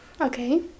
Okay